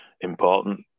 important